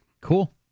Cool